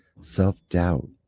Self-doubt